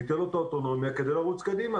ניתן לו את האוטונומיה כדי לרוץ קדימה.